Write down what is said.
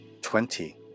Twenty